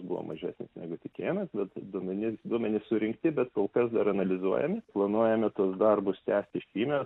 buvo mažesnis negu tikėjomės bet duomenis duomenys surinkti bet kol kas dar analizuojami planuojame tuos darbus tęsti šįmet